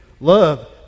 love